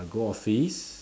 I go office